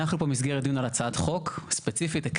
אנחנו במסגרת דיון על הצעת חוק, ספציפית.